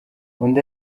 undi